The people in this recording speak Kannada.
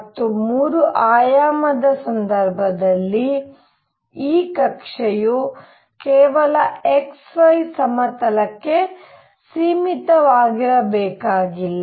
ಮತ್ತು 3 ಆಯಾಮದ ಸಂದರ್ಭದಲ್ಲಿ ಈ ಕಕ್ಷೆಯು ಕೇವಲ x y ಸಮತಲಕ್ಕೆ ಸೀಮಿತವಾಗಿರಬೇಕಾಗಿಲ್ಲ